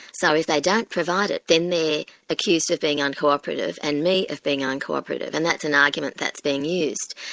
so if they don't provide it, then they're accused of being uncooperative and me of being ah uncooperative. and that's an argument that's being used.